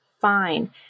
fine